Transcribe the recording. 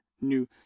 new